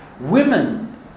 Women